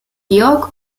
georg